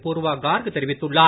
பூர்வா கார்க் தெரிவித்துள்ளார்